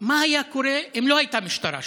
מה היה קורה אם לא הייתה משטרה שם?